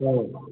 क्या